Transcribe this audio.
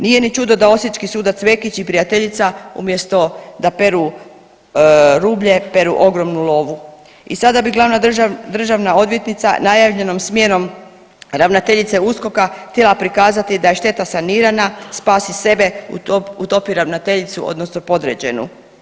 Nije ni čudo da osječki sudac Vekić i prijateljica, umjesto da peru rublje, peru ogromnu lovu i sada bi glavna državna odvjetnica najavljenom smjenom ravnateljice USKOK-a htjela prikazati da je šteta sanirana, spasi sebe, utopi ravnateljicu, odnosno podređenu.